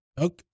Okay